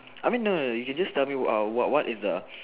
I mean no no you can just tell me uh what what is the